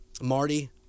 Marty